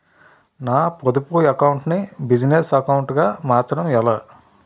నా పొదుపు అకౌంట్ నీ బిజినెస్ అకౌంట్ గా మార్చడం ఎలా?